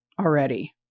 already